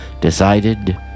decided